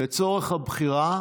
לצורך הבחירה,